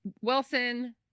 Wilson